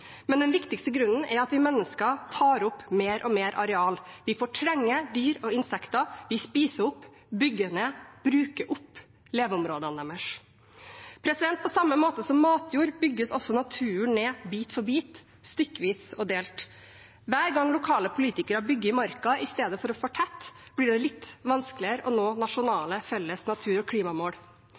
men den viktigste grunnen er at vi mennesker tar opp mer og mer areal. Vi fortrenger dyr og insekter. Vi spiser opp, bygger ned, bruker opp leveområdene deres. På samme måte som matjord bygges også naturen ned bit for bit, stykkevis og delt. Hver gang lokale politikere bygger i marka i stedet for å fortette, blir det litt vanskeligere å nå nasjonale, felles natur- og klimamål.